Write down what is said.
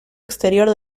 exterior